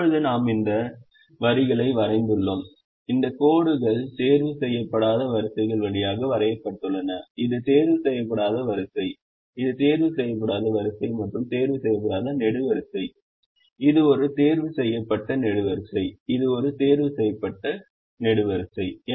இப்போது நாம் இந்த வரிகளை வரைந்துள்ளோம் இந்த கோடுகள் தேர்வு செய்யப்படாத வரிசைகள் வழியாக வரையப்பட்டுள்ளன இது தேர்வு செய்யப்படாத வரிசை இது தேர்வு செய்யப்படாத வரிசை மற்றும் தேர்வு செய்யப்படாத நெடுவரிசை இது ஒரு தேர்வு செய்யப்பட்ட நெடுவரிசை இது ஒரு தேர்வு செய்யப்பட்ட நெடுவரிசை